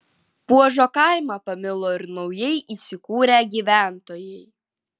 puožo kaimą pamilo ir naujai įsikūrę gyventojai